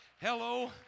Hello